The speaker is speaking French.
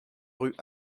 rue